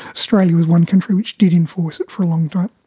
australia was one country which did enforce it for a long time.